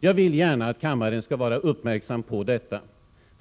Jag vill gärna att kammaren skall vara medveten om detta.